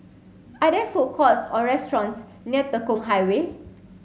are there food courts or restaurants near Tekong Highway